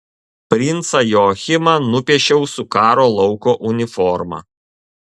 princą joachimą nupiešiau su karo lauko uniforma